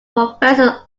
professor’s